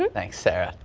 um thanks sarah.